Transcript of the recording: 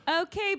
Okay